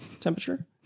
Temperature